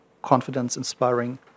confidence-inspiring